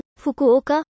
Fukuoka